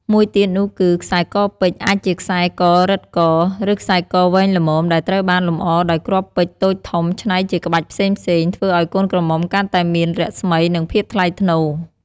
មួយទៀតនោះគឺ ខ្សែកពេជ្រអាចជាខ្សែករឹតក ឬខ្សែកវែងល្មម ដែលត្រូវបានលម្អដោយគ្រាប់ពេជ្រតូចធំច្នៃជាក្បាច់ផ្សេងៗ ធ្វើឲ្យកូនក្រមុំកាន់តែមានរស្មី និងភាពថ្លៃថ្នូរ។